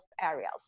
areas